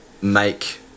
make